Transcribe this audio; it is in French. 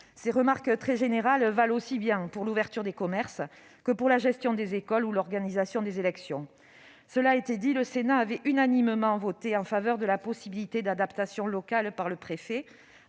Ces remarques très générales valent aussi bien pour l'ouverture des commerces que pour la gestion des écoles ou l'organisation des élections. Cela a été dit, le Sénat avait unanimement voté en faveur de la possibilité d'adaptations locales par le préfet